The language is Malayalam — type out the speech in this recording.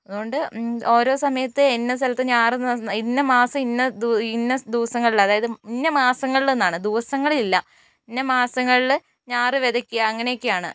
അതുകൊണ്ട് ഓരോ സമയത്ത് ഇന്ന സ്ഥലത്ത് ഞാറ് ഇന്ന മാസം ഇന്ന ഇന്ന ദിവസങ്ങളിൽ അതായത് ഇന്ന മാസങ്ങളിൽ എന്നാണ് ദിവസങ്ങളിൽ ഇല്ല ഇന്ന മാസങ്ങളിൽ ഞാറ് വിതയ്ക്കുക അങ്ങനെയൊക്കെയാണ്